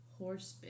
Horsebit